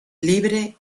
libre